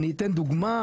אני אתן דוגמא,